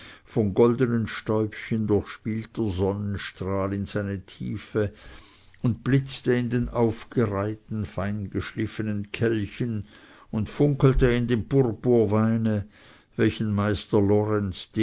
von goldnen stauchen durchspielter sonnenstrahl in seine tiefe und blitzte in den aufgereihten feingeschliffenen kelchen und funkelte in dem purpurweine welchen